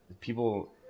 People